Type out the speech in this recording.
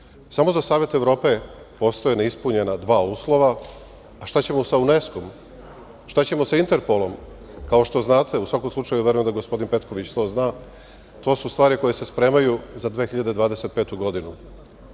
Samo za Savet Evrope postoje neispunjena dva uslova. A šta ćemo sa Uneskom? Šta ćemo sa Interpolom? Kao što znate, u svakom slučaju, verujem da gospodin Petković to zna, to su stvari koje se spremaju za 2025. godinu.